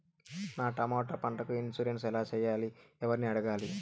నా టమోటా పంటకు ఇన్సూరెన్సు ఎలా చెయ్యాలి? ఎవర్ని అడగాలి?